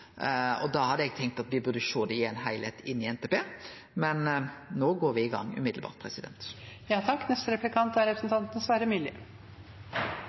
og da hadde eg tenkt at me burde sjå den inn i ein heilskap inn i NTP. Men no går me i gang